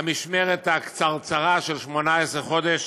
המשמרת הקצרצרה של 18 חודש